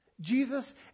Jesus